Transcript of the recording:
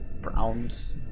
Browns